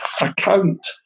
account